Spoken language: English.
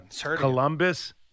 Columbus